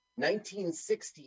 1960